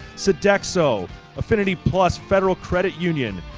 sodexo, infinity plus federal credit union,